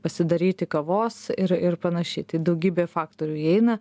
pasidaryti kavos ir ir panašiai tai daugybė faktorių įeina